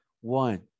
One